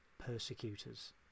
persecutors